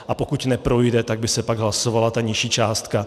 A pokud neprojde, tak by se pak hlasovala ta nižší částka.